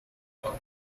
داد